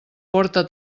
porta